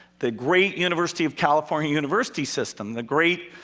the great university of california university system, the great